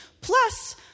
Plus